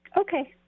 Okay